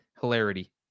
hilarity